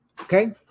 okay